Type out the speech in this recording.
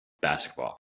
basketball